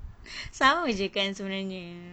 sama jer kan sebenarnya